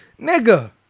Nigga